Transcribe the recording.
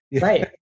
Right